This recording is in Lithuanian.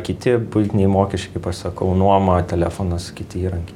kiti buitiniai mokesčiai kaip aš sakau nuoma telefonas kiti įrankiai